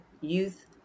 youth